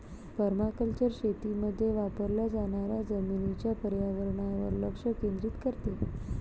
permaculture शेतीमध्ये वापरल्या जाणाऱ्या जमिनीच्या पर्यावरणावर लक्ष केंद्रित करते